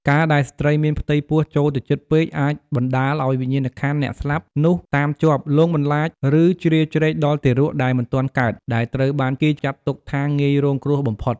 ការដែលស្ត្រីមានផ្ទៃពោះចូលទៅជិតពេក អាចបណ្តាលឲ្យវិញ្ញាណក្ខន្ធអ្នកស្លាប់នោះតាមជាប់ លងបន្លាច ឬជ្រៀតជ្រែកដល់ទារកដែលមិនទាន់កើត ដែលត្រូវបានគេចាត់ទុកថាងាយរងគ្រោះបំផុត។